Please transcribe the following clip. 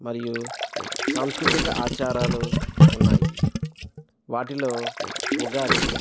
మరియు సంస్కృతిక ఆచారాలు ఉన్నాయి వాటిలో ఉగాది